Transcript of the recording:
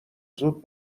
زود